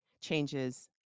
changes